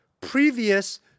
previous